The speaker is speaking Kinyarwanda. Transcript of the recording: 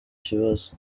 kibazo